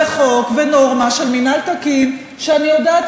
חוק ונורמה של מינהל תקין שאני יודעת,